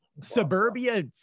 suburbia